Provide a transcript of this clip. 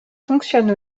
fonctionne